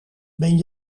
ben